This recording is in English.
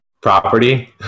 Property